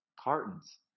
cartons